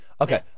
Okay